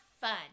fun